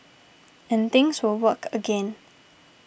and things will work again